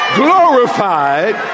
glorified